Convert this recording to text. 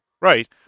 Right